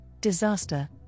disaster